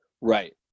Right